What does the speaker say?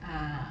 ah